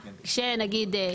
כשנגיד,